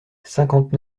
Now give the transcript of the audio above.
cinquante